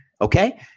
Okay